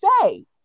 say